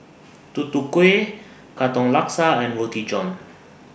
Tutu Kueh Katong Laksa and Roti John